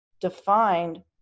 defined